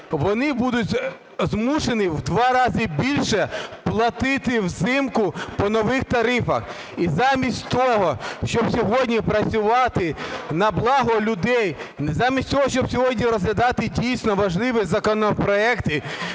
Вони будуть змушені в два рази більше платити взимку по нових тарифах. І замість того, щоб сьогодні працювати на благо людей, замість того, щоб сьогодні розглядати дійсно важливі законопроекти,